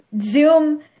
Zoom